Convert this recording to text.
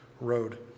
road